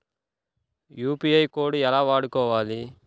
UPI code ఎలా వాడుకోవాలి?